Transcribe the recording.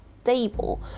stable